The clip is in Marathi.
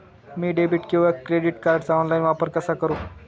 मी डेबिट किंवा क्रेडिट कार्डचा ऑनलाइन वापर कसा करु?